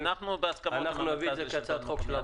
אנחנו נביא את זה כהצעת חוק של הוועדה.